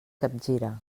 capgira